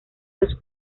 los